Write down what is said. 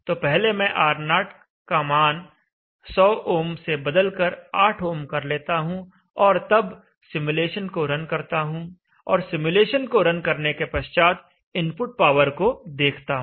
तो पहले में R0 का मान 100 ओम से बदलकर 8 ओम कर लेता हूं और तब सिमुलेशन को रन करता हूं और सिमुलेशन को रन करने के पश्चात इनपुट पावर को देखता हूं